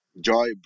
joy